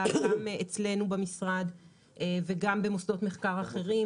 גם אצלנו במשרד וגם במוסדות מחקר אחרים.